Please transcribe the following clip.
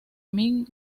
ming